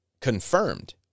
confirmed